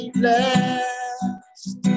blessed